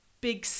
Big